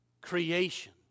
Creation